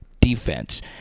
defense